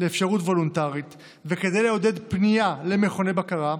לאפשרות וולונטרית, וכדי לעודד פנייה למכוני בקרה,